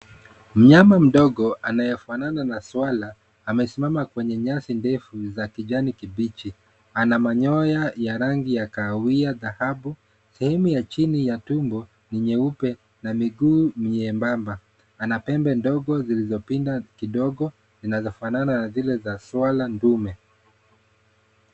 Mnyama mdogo anayefanana na swara, amesimama kwenye nyasi ndefu za kijani kibichi. Ana manyoya ya rangi ya kahawia dhahabu. Sehemu ya chini ya tumbo ni nyeupe na miguu miembamba. Ana pembe ndogo zilizopinda kidogo zinazofanana na zile za swara nduma.